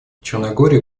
черногория